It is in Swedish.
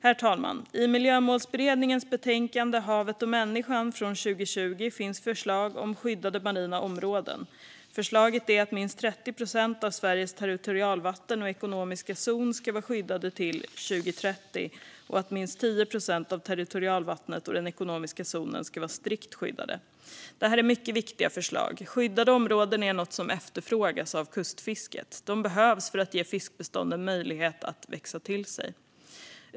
Herr talman! I Miljömålsberedningens betänkande Havet och människan från 2020 finns förslag om skyddade marina områden. Förslaget är att minst 30 procent av Sveriges territorialvatten och ekonomiska zon ska vara skyddade till 2030 och att minst 10 procent av territorialvattnet och den ekonomiska zonen ska vara strikt skyddade. Det är mycket viktiga förslag. Skyddade områden är något som efterfrågas av kustfisket. De behövs för att ge fiskbestånden möjlighet att växa till sig.